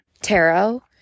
tarot